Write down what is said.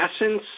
essence